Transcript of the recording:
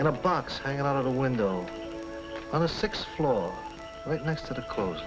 in a box i am out of the window on the sixth floor right next to the clothes